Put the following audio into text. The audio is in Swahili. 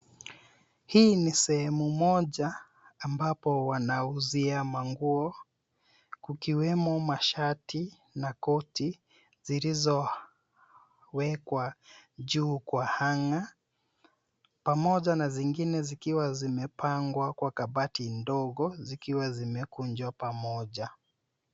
Hii ni sehemu moja ambapo wanauzia manguo kukiwemo mashati na koti zilizowekwa juu kwa hanger pamoja na zingine zikiwa zimepangwa kwa kabati ndogo zikiwa zimekunjwa pamoja.